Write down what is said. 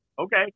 Okay